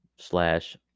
slash